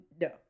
No